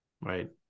right